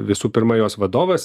visų pirma jos vadovas